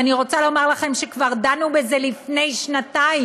ואני רוצה לומר לכם שכבר דנו בזה לפני שנתיים,